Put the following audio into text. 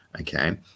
Okay